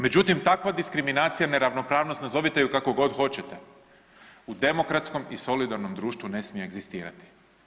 Međutim, takva diskriminacija, neravnopravnost, nazovite ju kako god hoćete, u demokratskom i solidarnom društvu ne smije egzistirati.